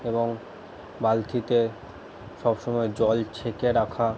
এবং বালতিতে সবসময় জল ছেঁকে রাখা